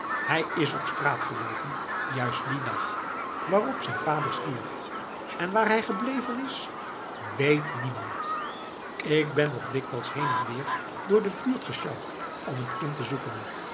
hij is op straat geloopen juist dien dag waarop zijn vader stierf en waar hij gebleven is weet niemand k ben nog dikwijls heen en weer door de buurt gesjouwd om het kind te zoeken